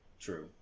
true